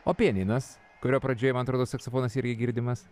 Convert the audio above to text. o pianinas kurio pradžioje man atrodo saksofonas irgi girdimas